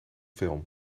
film